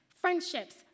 Friendships